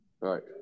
Right